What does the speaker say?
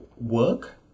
work